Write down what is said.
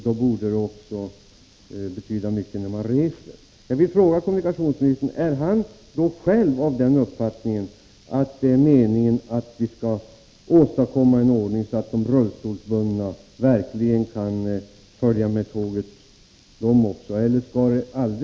Då borde det betyda mycket också när man reser.